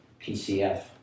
PCF